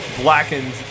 blackened